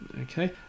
Okay